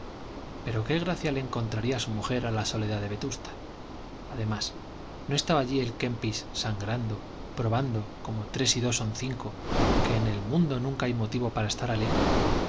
pero qué gracia le encontraría su mujer a la soledad de vetusta además no estaba allí el kempis sangrando probando como tres y dos son cinco que en el mundo nunca hay motivo para estar alegre